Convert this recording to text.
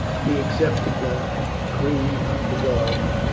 he accepted the decree of the gods,